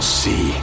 see